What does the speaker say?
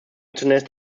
zunächst